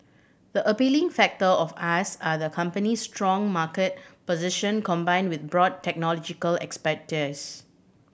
the appealing factor of us are the company's strong market position combined with broad technological expertise